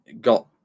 got